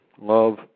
love